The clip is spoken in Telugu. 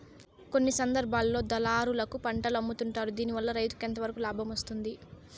కొన్ని సందర్భాల్లో దళారులకు పంటలు అమ్ముతుంటారు దీనివల్ల రైతుకు ఎంతవరకు లాభం వస్తుంది?